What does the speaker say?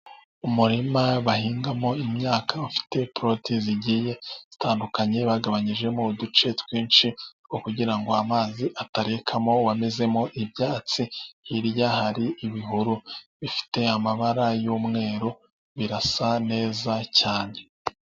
Umurima bahingamo imyaka bafite poroduwi zigiye zitandukanye, bagabanyijemo uduce twinshi, two kugira ngo amazi atarekamo wamezemo ibyatsi, hirya hari ibihuru bifite amabara y'umweru birasa neza cyane.